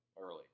early